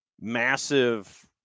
massive